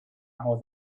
how